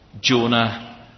Jonah